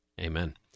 Amen